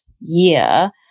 year